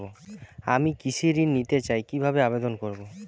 আমি কৃষি ঋণ নিতে চাই কি ভাবে আবেদন করব?